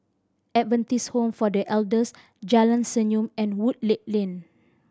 Adventist Home for The Elders Jalan Senyum and Woodleigh Lane